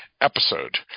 episode